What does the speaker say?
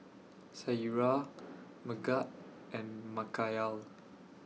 Syirah Megat and Mikhail